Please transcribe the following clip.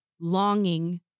longing